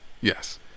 Yes